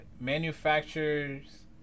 manufacturers